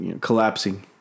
collapsing